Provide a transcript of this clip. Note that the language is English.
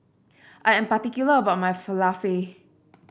I am particular about my Falafel